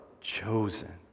chosen